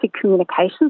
communications